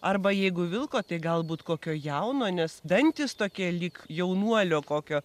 arba jeigu vilko tai galbūt kokio jauno nes dantys tokie lyg jaunuolio kokio